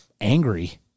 angry